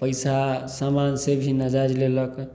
पैसा समान से भी नाजायज लेलक